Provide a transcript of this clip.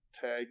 Tag